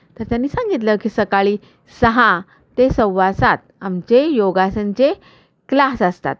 तर त्यांनी सांगितलं की सकाळी सहा ते सव्वासात आमचे योगासनचे क्लास असतात